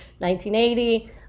1980